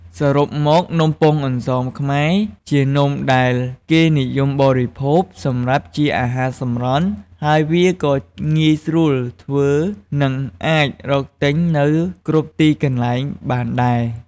សរុបមកនំពងអន្សងខ្មែរជានំដែលគេនិយមកបរិភោគ សម្រាប់ជាអាហារសម្រន់ ហើយវាក៏ងាយស្រួលធ្វើ និងអាចរកទិញនៅគ្រប់ទីកន្លែងបានដែរ។